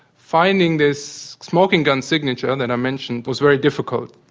finding this smoking-gun signature that i mentioned was very difficult.